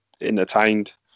entertained